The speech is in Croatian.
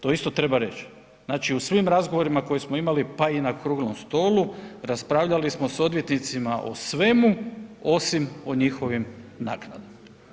To isto treba reći, znači u svim razgovorima koje smo imali pa i na okruglom stolu, raspravljali smo s odvjetnicima o svemu osim o njihovim naknadama.